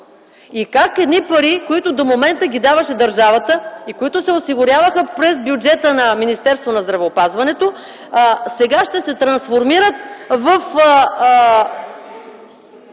Как едни пари, които до момента ги даваше държавата и се осигуряваха през бюджета на Министерството на здравеопазването, сега ще се трансформират в